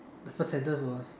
the first sentence was